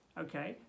Okay